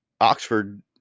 Oxford